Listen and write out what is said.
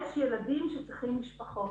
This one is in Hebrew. יש ילדים שצריכים משפחות,